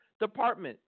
department